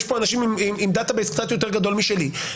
יש פה אנשים עם דאטה בייס קצת יותר גדול משלי.